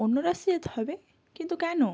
অন্য রাস্তা দিয়ে যেতে হবে কিন্তু কেন